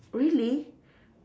really